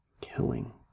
killing